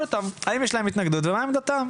אותם האם יש להם התנגדות ומה עמדתם.